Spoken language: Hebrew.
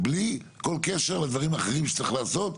בלי כל קשר לדברים האחרים שצריך לעשות,